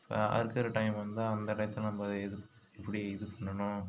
இப்போ அறுக்கிற டைம் வந்தால் அந்த டைத்தில் நம்ம எப் எப்படி இது பண்ணணும்